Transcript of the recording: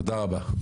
תודה רבה.